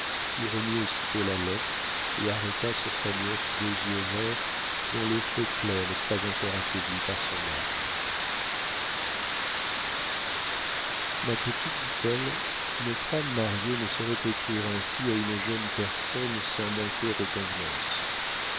y remit aussitôt la lettre et arrêta sur sa nièce deux yeux verts dont le feu clair n'était pas encore affaibli par son âge ma petite dit-elle une femme mariée ne saurait écrire ainsi à une jeune personne sans manquer aux convenances